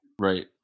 right